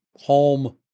home